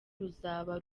ruzaba